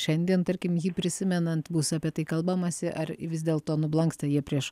šiandien tarkim jį prisimenant bus apie tai kalbamasi ar vis dėlto nublanksta jie prieš